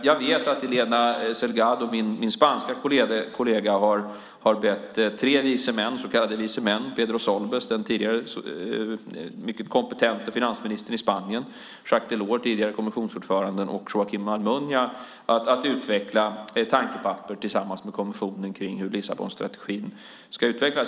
Jag vet att Elena Selgado, min spanska kollega, har bett tre så kallade vise män - Pedro Solbes, den tidigare mycket kompetente finansministern i Spanien, Jacques Delors, tidigare kommissionsordföranden, och Joaquín Almunia - att utveckla ett tankepapper tillsammans med kommissionen kring hur Lissabonstrategin ska utvecklas.